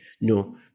No